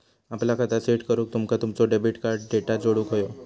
आपला खाता सेट करूक तुमका तुमचो डेबिट कार्ड डेटा जोडुक व्हयो